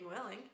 willing